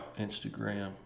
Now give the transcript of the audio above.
Instagram